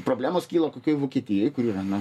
problemos kyla kokioj vokietijoj kur yra na